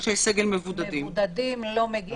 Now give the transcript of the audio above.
סדר העדיפות ברור, הוא בסעיף 3, שעוד מעט נגיע.